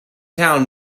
town